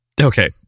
Okay